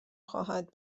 خواهد